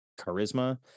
charisma